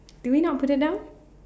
do we not put it down